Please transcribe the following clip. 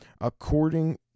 according